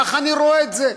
ככה אני רואה את זה.